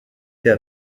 fait